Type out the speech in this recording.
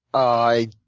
i